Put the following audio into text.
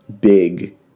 big